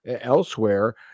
elsewhere